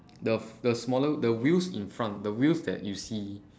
the the smaller the wheels the wheels in front the wheels the wheels that you see